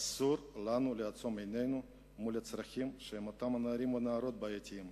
אסור לנו לעצום את עינינו אל מול הצרכים של אותם נערים ונערות בעייתיים.